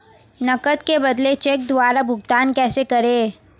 नकद के बदले चेक द्वारा भुगतान कैसे करें?